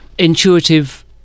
intuitive